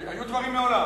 היו דברים מעולם.